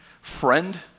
friend